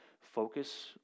Focus